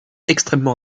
extrêmement